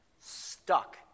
stuck